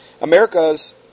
America's